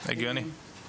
הגיוני.